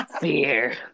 Fear